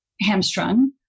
hamstrung